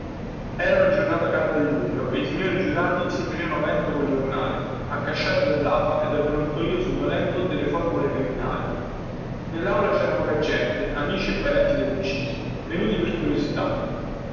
era una giornata calda di luglio e i signori giurati si facevano vento col giornale accasciati dallafa e dal brontolio sonnolento delle formule criminali nellaula cera poca gente amici e parenti dellucciso venuti per curiosità